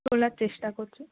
তোলার চেষ্টা করছি